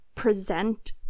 Present